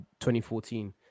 2014